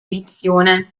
edizione